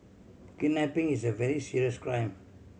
kidnapping is a very serious crime